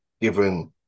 Given